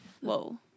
Whoa